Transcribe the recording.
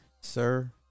Sir